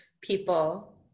people